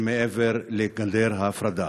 שמעבר לגדר ההפרדה,